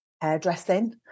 Hairdressing